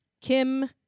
Kim